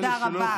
תודה רבה.